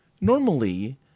normally